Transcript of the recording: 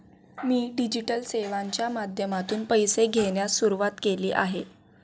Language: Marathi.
मी डिजिटल सेवांच्या माध्यमातून पैसे घेण्यास सुरुवात केली आहे